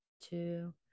two